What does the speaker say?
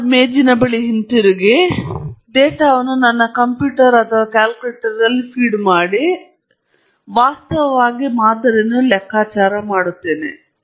ನನ್ನ ಮೇಜಿನ ಹಿಂತಿರುಗಿ ಮತ್ತು ಡೇಟಾವನ್ನು ನನ್ನ ಕಂಪ್ಯೂಟರ್ ಅಥವಾ ನನ್ನ ಕ್ಯಾಲ್ಕುಲೇಟರ್ನಲ್ಲಿ ಫೀಡ್ ಮಾಡಿ ಮತ್ತು ನಾನು ವಾಸ್ತವವಾಗಿ ಮಾದರಿಯನ್ನು ಲೆಕ್ಕಾಚಾರ ಮಾಡುತ್ತೇನೆ